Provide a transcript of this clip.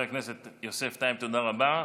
חבר הכנסת יוסף טייב, תודה רבה.